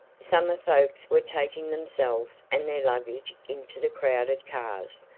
summer folks were taking themselves and their luggage into the crowded cars.